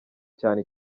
cyane